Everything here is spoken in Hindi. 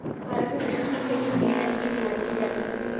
भारत में जूट की खेती हुगली नदी के किनारे की जाती है